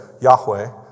Yahweh